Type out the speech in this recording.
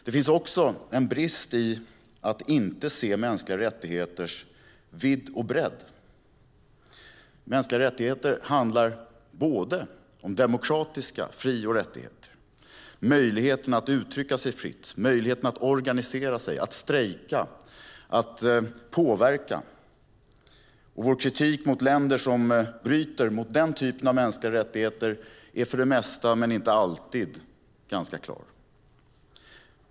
Det finns också en brist i att inte se mänskliga rättigheters vidd och bredd. Mänskliga rättigheter handlar om demokratiska fri och rättigheter, möjligheten att uttrycka sig fritt, möjligheten att organisera sig, möjligheten att strejka och möjligheten att påverka. Vår kritik mot länder som bryter mot den typen av mänskliga rättigheter är för det mesta, men inte alltid, ganska klar.